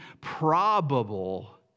probable